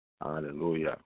Hallelujah